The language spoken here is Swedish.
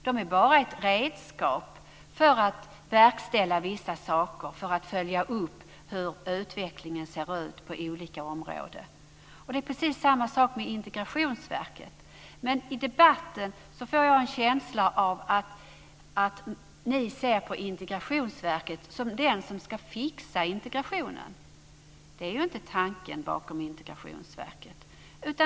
De är bara ett redskap för att verkställa vissa saker och för att följa upp utvecklingen på olika områden. Det är precis samma sak med Integrationsverket. Men i debatten får jag en känsla av att ni ser på Integrationsverket som den som ska fixa integrationen. Det är ju inte tanken bakom Integrationsverket.